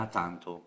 tanto